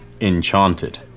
enchanted